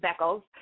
Beckles